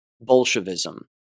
Bolshevism